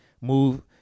move